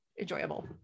enjoyable